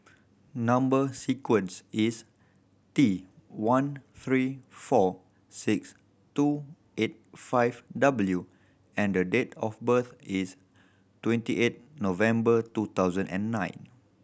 number sequence is T one three four six two eight five W and date of birth is twenty eight November two thousand and nine